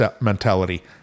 mentality